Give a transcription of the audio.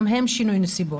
גם הם שינוי נסיבות,